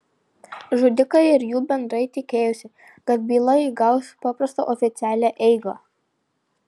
žudikai ir jų bendrai tikėjosi kad byla įgaus paprastą oficialią eigą